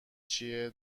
چیه